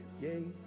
yay